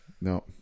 No